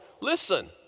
Listen